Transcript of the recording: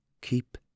keep